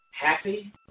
happy